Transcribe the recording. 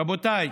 רבותיי,